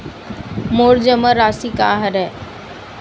मोर जमा राशि का हरय?